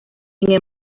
sin